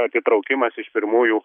atitraukimas iš pirmųjų